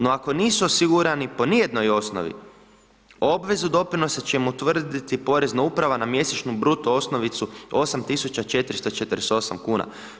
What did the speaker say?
No ako nisu osigurani po ni jednoj osnovi, obvezu doprinosa će utvrditi porezna uprava na mjesečnu, bruto osnovicu 8448 kn.